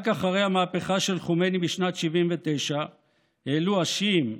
רק אחרי המהפכה של חומייני בשנת 1979 העלו השיעים,